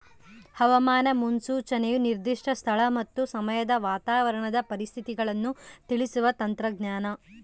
ಹವಾಮಾನ ಮುನ್ಸೂಚನೆಯು ನಿರ್ದಿಷ್ಟ ಸ್ಥಳ ಮತ್ತು ಸಮಯದ ವಾತಾವರಣದ ಪರಿಸ್ಥಿತಿಗಳನ್ನು ತಿಳಿಸುವ ತಂತ್ರಜ್ಞಾನ